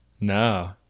No